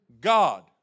God